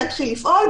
יתחיל לפעול,